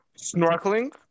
snorkeling